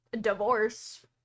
Divorce